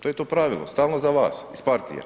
To je to pravilo, stalno za vas, iz partije.